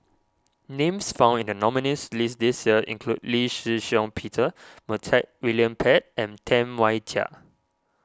names found in the nominees' list this year include Lee Shih Shiong Peter Montague William Pett and Tam Wai Jia